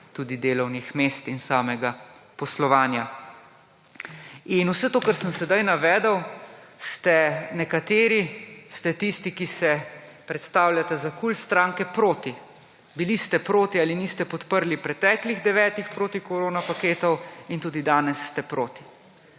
delovnih mest in samega poslovanja. In vse to, kar sem sedaj navedel, ste nekateri, ste tisti, ki se predstavljate za KUL stranke proti. Bili ste proti ali niste podprli preteklih devetih protikorona paketov in tudi danes ste proti.